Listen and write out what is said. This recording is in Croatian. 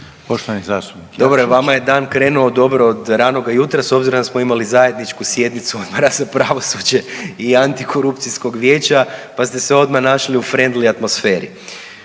Mišel (SDP)** Dobro je vama je dan krenuo dobro od ranoga jutra s obzirom da smo imali zajedničku sjednicu Odbora za pravosuđe i Antikorupcijskog vijeća pa ste se odmah našli u frendli atmosferi.